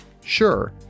sure